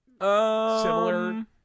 similar